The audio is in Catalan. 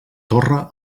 torre